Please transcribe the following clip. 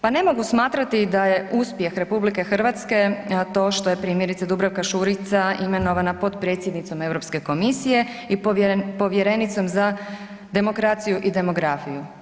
Pa ne mogu smatrati da je uspjeh RH to što je primjerice Dubravka Šuica imenovana potpredsjednicom Europske komisije i povjerenicom za demokraciju i demografiju.